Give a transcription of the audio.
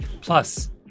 Plus